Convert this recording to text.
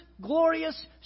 glorious